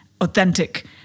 authentic